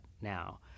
now